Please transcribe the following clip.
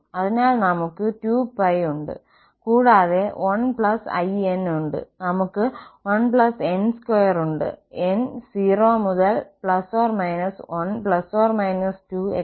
അതിനാൽ നമ്മൾക്ക് 2π ഉണ്ട് കൂടാതെ 1¿ ഉണ്ട് നമ്മൾക്ക് 1n2 ഉണ്ട് n 0 മുതൽ ± 1 ± 2